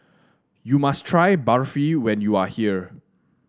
you must try Barfi when you are here